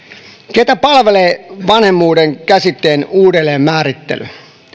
ketä palvelee vanhemmuuden käsitteen uudelleenmäärittely